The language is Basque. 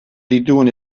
ditugun